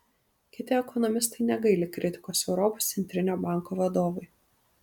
kiti ekonomistai negaili kritikos europos centrinio banko vadovui